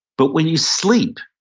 but when you sleep,